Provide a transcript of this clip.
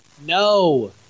No